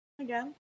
again